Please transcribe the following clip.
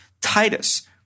Titus